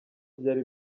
byari